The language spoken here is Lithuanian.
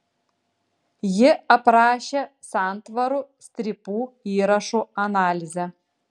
ji aprašė santvarų strypų įrąžų analizę